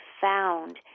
found